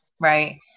right